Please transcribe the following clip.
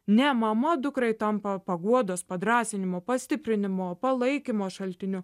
ne mama dukrai tampa paguodos padrąsinimo pastiprinimo palaikymo šaltiniu